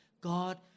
God